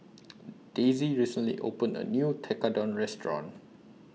Daisy recently opened A New Tekkadon Restaurant